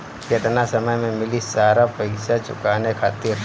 केतना समय मिली सारा पेईसा चुकाने खातिर?